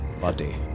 body